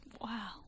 wow